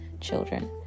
children